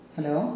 Hello